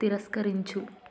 తిరస్కరించు